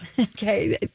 Okay